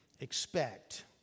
expect